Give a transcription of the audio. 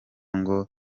ngo